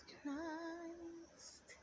Christ